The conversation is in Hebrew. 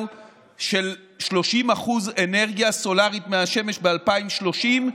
של 30% אנרגיה סולרית מהשמש ב-2030,